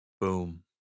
Boom